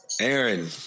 Aaron